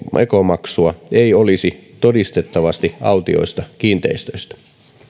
ekomaksua ei olisi todistettavasti autioista kiinteistöistä